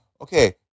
Okay